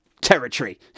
territory